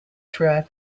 throughout